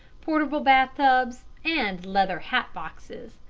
portable bath-tubs, and leather hat-boxes.